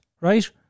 Right